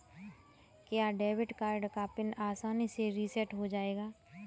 क्या debit card का PIN आसानी से रीसेट हो जाएगा?